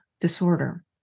disorder